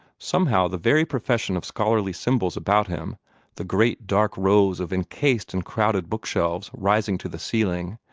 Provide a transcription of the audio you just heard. somehow the very profusion of scholarly symbols about him the great dark rows of encased and crowded book-shelves rising to the ceiling,